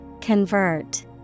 Convert